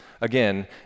again